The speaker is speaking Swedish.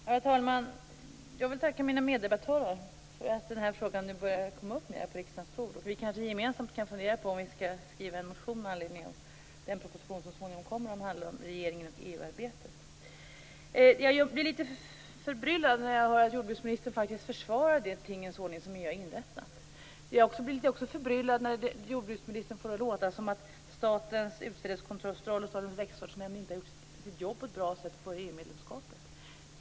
Herr talman! Jag vill tacka mina meddebattörer för att den här frågan alltmer börjar komma upp på riksdagens bord. Vi kanske kan fundera på om vi gemensamt skall skriva en motion med anledning av den proposition som så småningom kommer och som handlar om regeringen och EU-arbetet. Jag blir litet förbryllad när jordbruksministern faktiskt försvarar den tingens ordning som EU har inrättat. Jag blir också förbryllad när ministern får det att låta som att Statens utsädeskontroll och Statens växtsortnämnd inte gjorde sitt jobb på ett bra sätt före EU-medlemskapet.